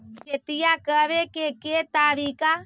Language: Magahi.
खेतिया करेके के तारिका?